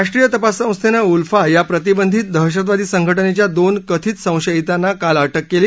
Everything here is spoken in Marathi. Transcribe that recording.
राष्ट्रीय तपास संस्थेनं उल्फा या प्रतिबंधित दहशतवादी संघटनेच्या दोन कथित संशयितांना काल अटक केली